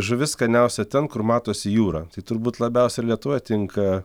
žuvis skaniausia ten kur matosi jūra tai turbūt labiausiai ir lietuvoj tinka